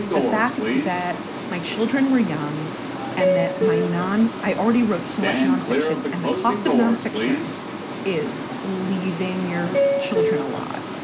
the fact that my children were young and that my non i already wrote so much nonfiction and the cost of nonfiction is leaving your children a lot.